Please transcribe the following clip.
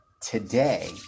Today